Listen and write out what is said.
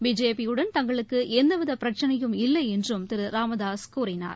பிஜேபியுடன் தங்களுக்குஎவ்விதபிரச்சினையும் இல்லைஎன்றும் திருராமதாஸ் கூறினார்